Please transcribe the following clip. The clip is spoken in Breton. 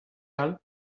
all